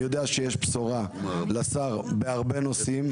אני יודע שיש בשורה לשר בהרבה נושאים,